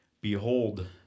Behold